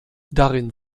darin